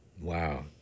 Wow